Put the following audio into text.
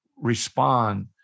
respond